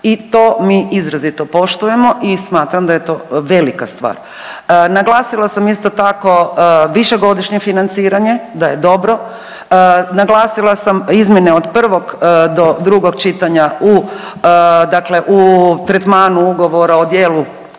i to mi izrazito poštujemo i smatram da je to velika stvar. Naglasila sam isto tako višegodišnje financiranje da je dobro, naglasila sam izmjene od 1. do 2. čitanja u tretmanu ugovora o djelu